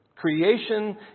Creation